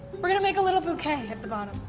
we're gonna make a little bouquet at the bottom.